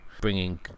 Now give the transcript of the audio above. bringing